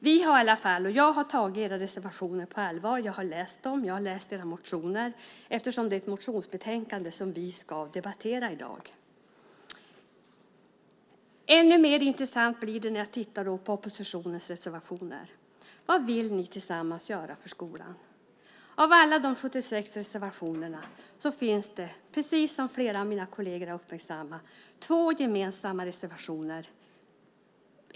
Jag har i alla fall tagit era reservationer på allvar. Jag har läst dem. Jag har också läst era motioner, eftersom det är ett motionsbetänkande som vi ska debattera i dag. Ännu mer intressant blir det när jag tittar på oppositionens reservationer. Vad vill ni tillsammans göra för skolan? Av alla de 76 reservationerna finns det, precis som flera av mina kolleger har uppmärksammat, två gemensamma reservationer.